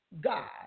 God